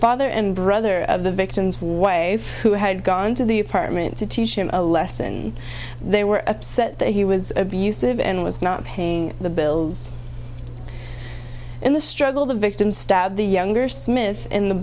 father and brother of the victim's wife who had gone to the apartment to teach him a lesson they were upset that he was abusive and was not paying the bills in the struggle the victim stabbed the younger smith in the